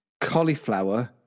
cauliflower